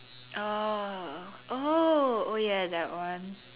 oh oh oh ya that one